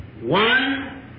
one